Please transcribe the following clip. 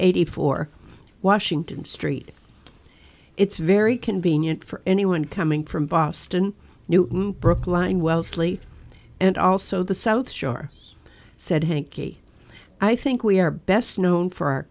eighty four washington street it's very convenient for anyone coming from boston new brookline wellesley and also the south shore said hankie i think we are best known for our